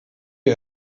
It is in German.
wir